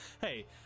Hey